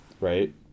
Right